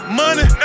money